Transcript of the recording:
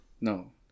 No